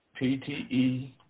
PTE